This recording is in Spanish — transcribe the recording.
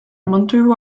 mantuvo